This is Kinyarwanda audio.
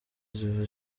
ziba